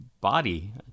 body